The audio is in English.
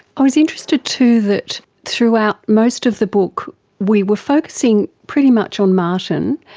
i was interested too that throughout most of the book we were focusing pretty much on martin,